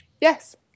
Yes